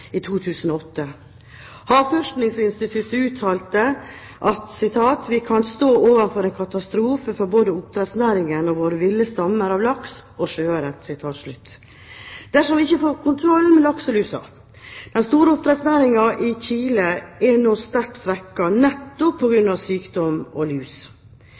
i 2008. Havforskningsinstituttet uttalte: «Vi kan stå overfor en katastrofe for både oppdrettsnæringen og våre ville stammer av laks og sjøørret», dersom vi ikke får kontroll med lakselusen. Den store oppdrettsnæringen i Chile er nå sterkt svekket, nettopp på grunn av sykdommer og lus.